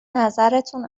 نظرتون